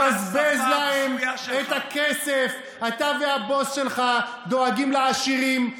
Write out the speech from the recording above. מבזבז להם את הכסף, אתה והבוס שלך דואגים לעשירים.